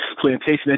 Plantation